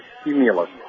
stimulus